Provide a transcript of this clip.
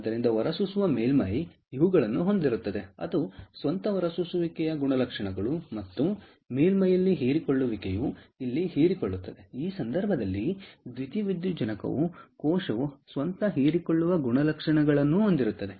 ಆದ್ದರಿಂದ ಹೊರಸೂಸುವ ಮೇಲ್ಮೈ ಇವುಗಳನ್ನು ಹೊಂದಿರುತ್ತದೆ ಅದು ಸ್ವಂತ ಹೊರಸೂಸುವಿಕೆ ಗುಣಲಕ್ಷಣಗಳು ಮತ್ತು ಮೇಲ್ಮೈಯಲ್ಲಿ ಹೀರಿಕೊಳ್ಳುವಿಕೆಯು ಇಲ್ಲಿ ಹೀರಿಕೊಳ್ಳುತ್ತದೆ ಈ ಸಂದರ್ಭದಲ್ಲಿ ದ್ಯುತಿವಿದ್ಯುಜ್ಜನಕ ಕೋಶವು ಸ್ವಂತ ಹೀರಿಕೊಳ್ಳುವ ಗುಣಲಕ್ಷಣಗಳನ್ನು ಹೊಂದಿರುತ್ತದೆ